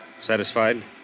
Satisfied